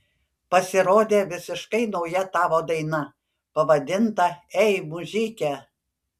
pasirodė visiškai nauja tavo daina pavadinta ei mužike